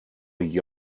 gli